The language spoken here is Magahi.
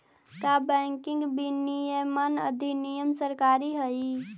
का बैंकिंग विनियमन अधिनियम सरकारी हई?